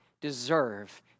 deserve